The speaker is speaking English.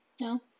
No